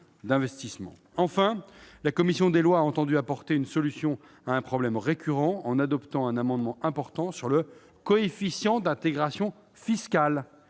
d'investissement. Enfin, la commission des lois a souhaité apporter une solution à un problème récurrent : elle a voté un amendement important ayant pour objet le coefficient d'intégration fiscale